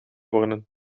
worden